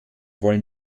wollen